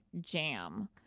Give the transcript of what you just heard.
jam